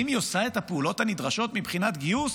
האם היא עושה את הפעולות הנדרשות מבחינת גיוס?